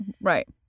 Right